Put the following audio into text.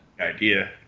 idea